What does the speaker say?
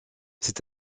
c’est